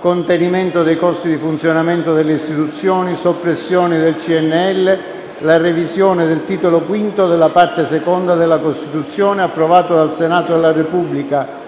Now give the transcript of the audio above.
contenimento dei costi di funzionamento delle istituzioni, la soppressione del CNEL e la revisione del titolo V della parte II della Costituzione», approvato dal Senato della Repubblica,